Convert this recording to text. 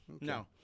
No